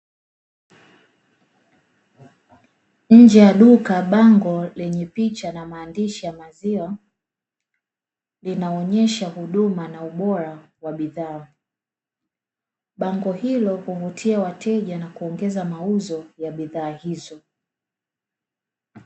Nje ya duka bango lenye picha na maandishi ya maziwa linaonyesha huduma na ubora wa bidhaa, bango hilo huvutia wateja na kuongeza mauzo ya bidhaa hizo.